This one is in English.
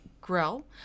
Grill